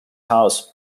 house